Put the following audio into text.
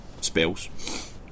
spells